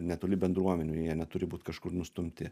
netoli bendruomenių jie neturi būt kažkur nustumti